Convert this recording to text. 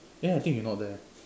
eh I think you're not there